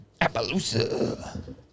Appaloosa